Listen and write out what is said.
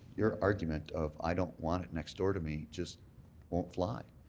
your argument of i don't want it next door to me just won't fly.